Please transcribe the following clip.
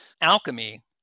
alchemy